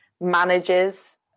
manages